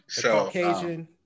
Caucasian